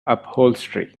upholstery